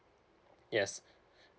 yes